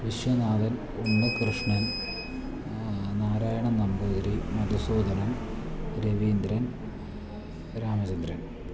Viswanathan Unnikrishnan Narayanan Namboothiri Madhusoodanan Raveendran Ramachandran